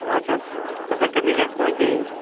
اچھا تہٕ اچھا کٔمی گژھِ نہٕ وَۄنۍ کِہیٖنۍ